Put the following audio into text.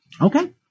Okay